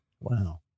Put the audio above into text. Wow